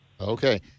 Okay